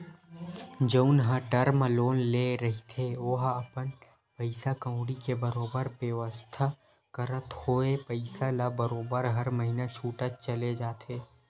जउन ह term loan ले रहिथे ओहा अपन पइसा कउड़ी के बरोबर बेवस्था करत होय पइसा ल बरोबर हर महिना छूटत चले जाथे